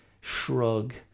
shrug